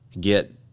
get